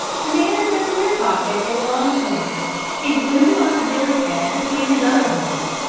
the man took from his pocket a long horn and glued it onto billy's head between his other horns,